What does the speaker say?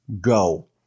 go